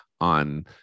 on